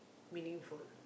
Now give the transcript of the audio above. meaningful